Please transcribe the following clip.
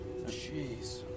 Jeez